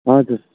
हजुर